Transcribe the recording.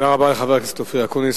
תודה רבה לחבר הכנסת אופיר אקוניס.